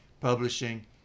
publishing